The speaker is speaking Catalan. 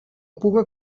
puga